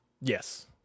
Yes